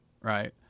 right